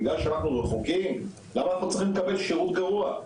בגלל שאנחנו רחוקים למה אנחנו צריכים לקבל שירות גרוע?